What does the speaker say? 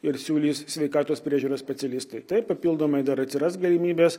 ir siūlys sveikatos priežiūros specialistai taip papildomai dar atsiras galimybės